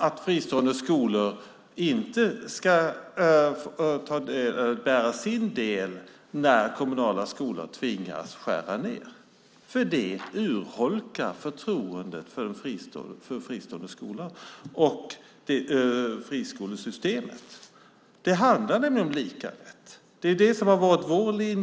att fristående skolor inte ska bära sin del när kommunala skolor tvingas skära ned, för det urholkar förtroendet för fristående skolor och friskolesystemet. Det handlar nämligen om lika rätt. Det är detta som har varit vår linje.